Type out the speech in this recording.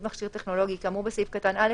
מכשיר טכנולוגי כאמור בסעיף קטן (א),